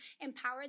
empower